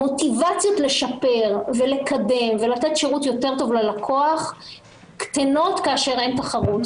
המוטיבציות לשפר ולקדם ולתת שירות יותר טוב ללקוח קטנות כאשר אין תחרות,